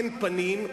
אין פנים,